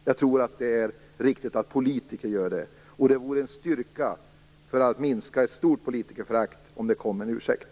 Jag tror att det är riktigt att politiker gör det. Det vore en styrka för att minska ett stort politikerförakt om det kom en ursäkt.